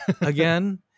again